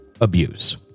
abuse